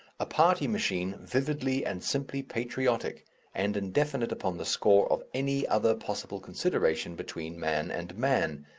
a party machine, vividly and simply patriotic and indefinite upon the score of any other possible consideration between man and man.